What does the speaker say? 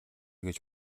гэж